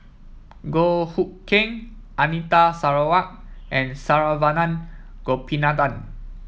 Goh Hood Keng Anita Sarawak and Saravanan Gopinathan